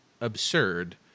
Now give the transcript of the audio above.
absurd